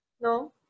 No